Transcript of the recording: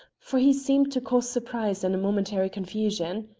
for he seemed to cause surprise and a momentary confusion.